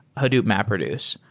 hadoop mapreduce.